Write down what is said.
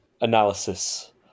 analysis